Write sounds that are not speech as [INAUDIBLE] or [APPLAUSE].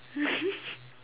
[LAUGHS]